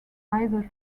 either